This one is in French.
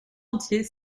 entier